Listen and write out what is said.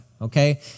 okay